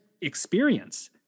experience